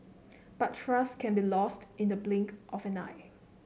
but trust can be lost in the blink of an eye